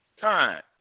time